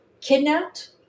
kidnapped